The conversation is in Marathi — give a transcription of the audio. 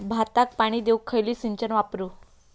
भाताक पाणी देऊक खयली सिंचन वापरू?